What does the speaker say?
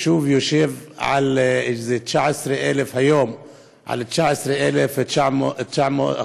הוא יושב היום על איזה 19,500 דונם